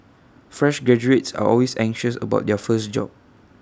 fresh graduates are always anxious about their first job